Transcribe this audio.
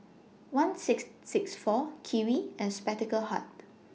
one six six four Kiwi and Spectacle Hut